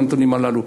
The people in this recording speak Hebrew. הנתונים הללו.